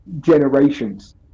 generations